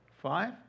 Five